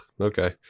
okay